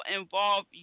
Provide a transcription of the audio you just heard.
involve